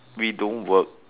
we don't work